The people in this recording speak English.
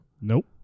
Nope